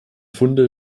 funde